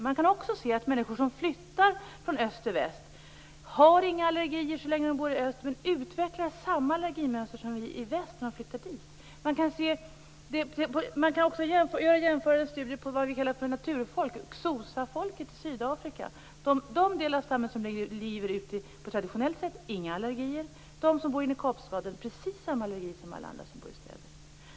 Man kan också se att människor som flyttar från öst till väst inte har några allergier så länge de bor i öst, men utvecklar samma allergimönster som vi i väst har när de flyttar dit. Man kan också göra jämförande studier på det vi kallar för naturfolk, t.ex. xhosafolket i Sydafrika. Den del av stammen som lever på traditionellt sätt har inga allergier. De som bor inne i Kapstaden har precis samma allergier som alla andra som bor i städer.